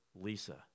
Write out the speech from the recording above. Lisa